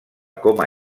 coma